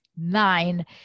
nine